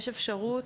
יש אפשרות,